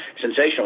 sensational